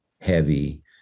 heavy